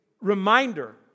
reminder